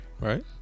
Right